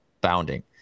bounding